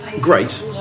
Great